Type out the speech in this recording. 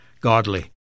godly